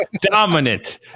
dominant